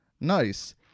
nice